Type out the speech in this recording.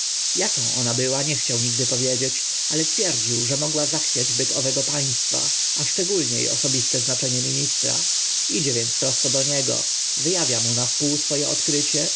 aką ona była nie chciał nigdy powiedzieć ale twierdził że mogła zachwiać byt owego państwa a szczególnie osobiste znaczenie ministra idzie więc prosto do niego wy awia mu na wpół swo e odkrycie